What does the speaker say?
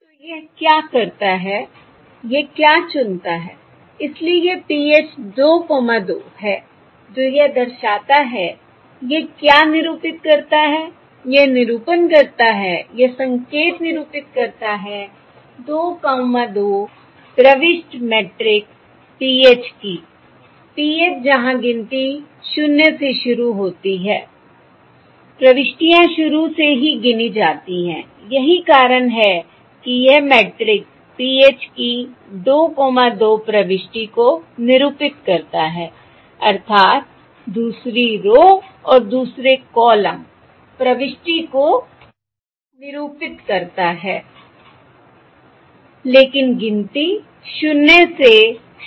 तो यह क्या करता है यह क्या चुनता है इसलिए यह PH 22 है जो यह दर्शाता है यह क्या निरूपित करता है यह निरूपण करता है यह संकेत निरूपित करता है 22 प्रविष्टि मैट्रिक्स PH की PH जहां गिनती शून्य से होती है प्रविष्टियां शुरू से ही गिनी जाती हैं यही कारण है कि यह मैट्रिक्स PH की 22 प्रविष्टि को निरूपित करता है अर्थात दूसरी रो और दूसरे कॉलम प्रविष्टि को निरूपित करता है लेकिन गिनती शून्य से शुरू होनी है